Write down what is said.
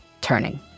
turning